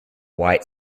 white